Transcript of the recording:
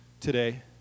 today